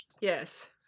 Yes